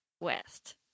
west